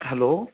hello